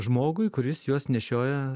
žmogui kuris juos nešioja